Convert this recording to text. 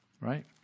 right